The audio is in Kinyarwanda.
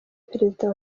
perezida